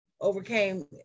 overcame